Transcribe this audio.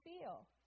feel